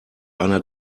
einer